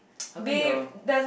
how come your